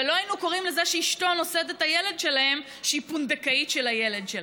ולא היינו אומרים שאשתו שנושאת את הילד שלהם היא פונדקאית של הילד שלהם.